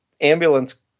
ambulance